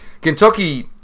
Kentucky